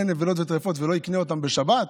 נבלות וטרפות ולא יקנה אותן בשבת,